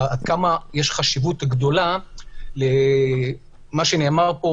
עד כמה יש חשיבות גדולה למה שנאמר פה,